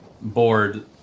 board